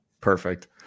Perfect